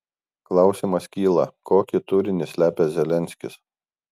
klausimas kyla kokį turinį slepia zelenskis